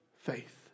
faith